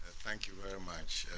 thank you very much.